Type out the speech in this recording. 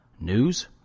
News